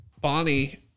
Bonnie